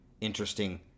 interesting